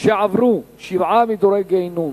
שעברו שבעה מדורי גיהינום,